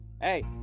Hey